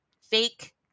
fake